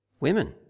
Women